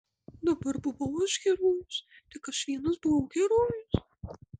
dabar buvau aš herojus tik aš vienas buvau herojus